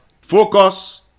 focus